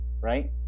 right